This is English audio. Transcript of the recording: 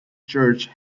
church